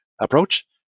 approach